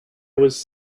was